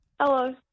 Hello